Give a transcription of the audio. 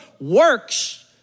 works